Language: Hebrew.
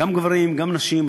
גם גברים וגם נשים,